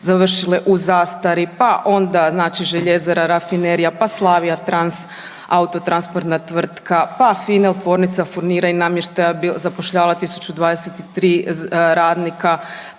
završile u zastari, pa onda Željezara, Rafinerija, pa Slavija trans, autotransportna tvrtka, pa Finel tvornica furnira i namještaja zapošljavala 1023 radnika.